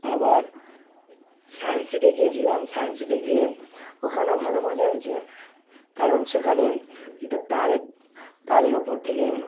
আবার science city গিয়েছিলাম science city গিয়ে ওখানেও ভালো মজা হয়েছে কারণ সেখানে একটা তারের তারের ওপর থেকে